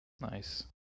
Nice